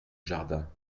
jardin